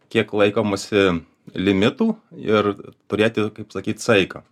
kiek laikomasi limitų ir turėti kaip sakyt saiką